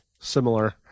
similar